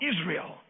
Israel